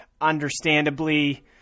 Understandably